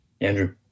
Andrew